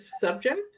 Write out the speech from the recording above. subject